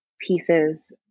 pieces